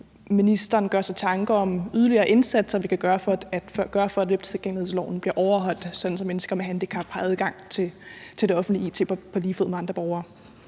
om ministeren gør sig tanker om yderligere indsatser, vi kan gøre, for at webtilgængelighedsloven bliver overholdt, sådan at mennesker med handicap har adgang til det offentlige it på lige fod med andre borgere.